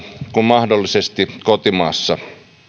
kuin mahdollisesti kotimaassakin vieraan